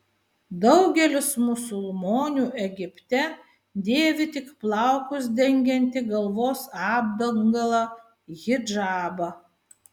daugelis musulmonių egipte dėvi tik plaukus dengiantį galvos apdangalą hidžabą